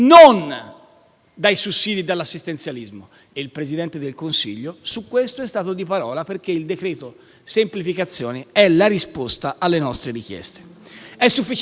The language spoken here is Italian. dai sussidi e dall'assistenzialismo. Il Presidente del Consiglio, su questo, è stato di parola, perché il decreto semplificazioni è la risposta alle nostre richieste. È sufficiente?